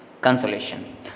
Consolation